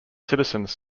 citizens